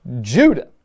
Judah